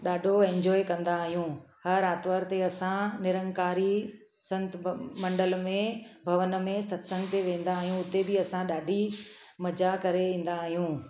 ॾाढो इंजॉय कंदा आहियूं हर आतवार ते असां निरंकारी संत मंडल में भवन में सतसंग ते वेंदा आहियूं हुते बि असां ॾाढी मज़ा करे ईंदा आहियूं